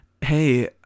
hey